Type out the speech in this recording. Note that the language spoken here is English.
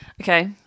Okay